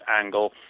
angle